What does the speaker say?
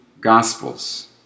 Gospels